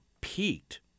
peaked